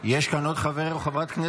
בעד אפרת רייטן מרום, בעד אלון